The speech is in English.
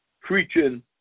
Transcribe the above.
preaching